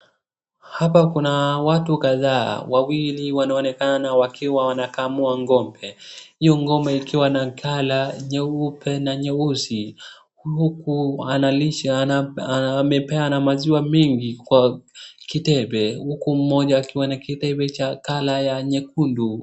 Hapa kuna watu kadhaa, wawili wanaonekana wakiwa wanakamua ng'ombe. Hio ng'ombe ikiwa na color nyeupe na nyeusi, uku analisha, amepeana maziwa mingi kwa kidebe uku mmoja akiwa na kidebe cha color ya nyekundu.